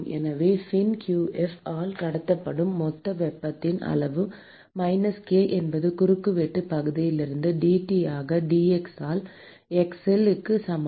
எனவே fin qf ஆல் கடத்தப்படும் மொத்த வெப்பத்தின் அளவு மைனஸ் k என்பது குறுக்குவெட்டுப் பகுதியிலிருந்து d T ஆக dx ஆல் x இல் 0 க்கு சமம்